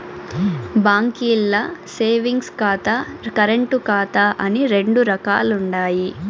బాంకీల్ల సేవింగ్స్ ఖాతా, కరెంటు ఖాతా అని రెండు రకాలుండాయి